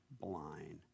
blind